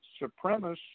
supremacist